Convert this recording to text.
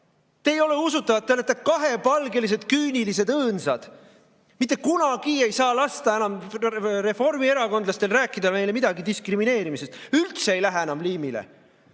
Te ei ole usutavad. Te olete kahepalgelised, küünilised, õõnsad. Mitte kunagi ei saa lasta enam reformierakondlastel rääkida meile midagi diskrimineerimisest. Üldse ei lähe enam liimile. Sellel,